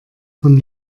von